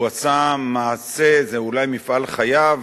הוא עשה מעשה, זה אולי מפעל חייו,